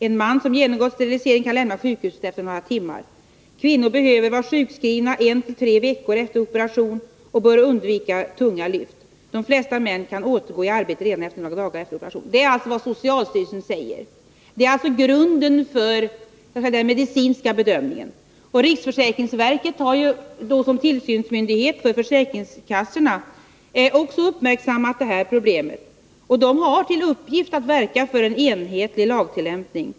En man som genomgått sterilisering kan lämna sjukhuset efter några timmar. Kvinnor behöver vara sjukskrivna en till tre veckor efter operation och bör undvika tunga lyft. De flesta män kan återgå i arbete redan några dagar efter operation. — Det är alltså vad socialstyrelsen säger. Detta är alltså grunden för den medicinska bedömningen. Riksförsäkringsverket har såsom tillsynsmyndighet för de allmänna försäkringskassorna också uppmärksammat det här problemet. Verket har bl.a. till uppgift att verka för en enhetlig lagtillämpning.